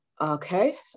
Okay